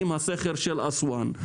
עם סכר אסואן,